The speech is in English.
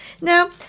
Now